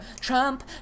Trump